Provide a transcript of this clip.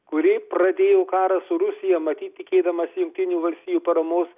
kuri pradėjo karą su rusija matyt tikėdamas jungtinių valstijų paramos